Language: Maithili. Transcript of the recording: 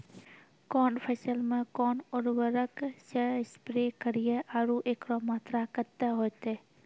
कौन फसल मे कोन उर्वरक से स्प्रे करिये आरु एकरो मात्रा कत्ते होते?